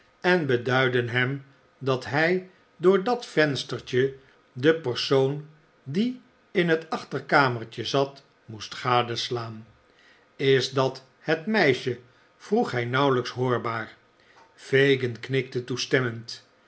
en beduidden hem dat hij door dat venstertje de persoon die in het achterkamertje zat moest gadeslaan is dat het meisje vroeg hij nauwelijks hoorbaar fagin knikte toestemmend